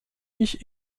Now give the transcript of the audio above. ich